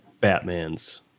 Batman's